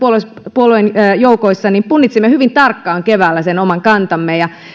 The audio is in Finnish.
puolueen joukoissa todella punnitsimme hyvin tarkkaan keväällä sen oman kantamme